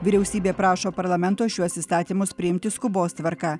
vyriausybė prašo parlamento šiuos įstatymus priimti skubos tvarka